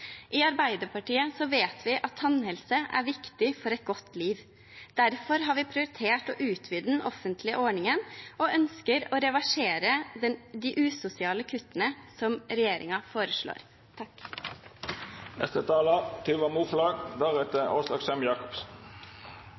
I Arbeiderpartiet vet vi at tannhelse er viktig for et godt liv. Derfor har vi prioritert å utvide den offentlige ordningen og ønsker å reversere de usosiale kuttene som regjeringen foreslår.